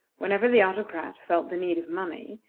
whenever the autocrat felt the need of money,